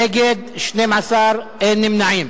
נגד, 12, אין נמנעים.